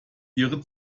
ihre